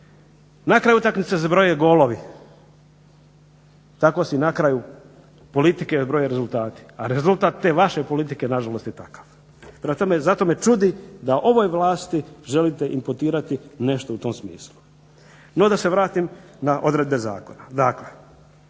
Na kraju utakmice se zbrajaju golovi, tako se i na kraju politike broje rezultati, a rezultat te vaše politike nažalost je takav. Prema tome, zato me čudi da ovoj vlasti želite inputirati nešto u tom smislu. No, da se vratim na odredbe zakona.